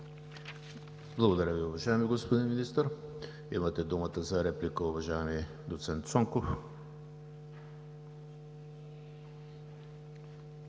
Благодаря Ви, уважаеми господин Министър. Имате думата за реплика, уважаеми доцент Цонков.